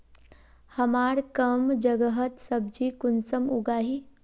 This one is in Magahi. हमार कम जगहत सब्जी कुंसम उगाही?